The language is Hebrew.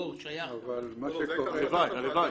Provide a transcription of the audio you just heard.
הלוואי.